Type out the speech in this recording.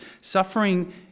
Suffering